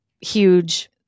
huge